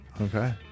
Okay